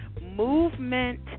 movement